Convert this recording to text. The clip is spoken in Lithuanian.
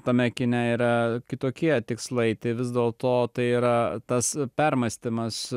tame kine yra kitokie tikslai tai vis dėlto tai yra tas permąstymas